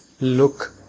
look